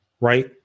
right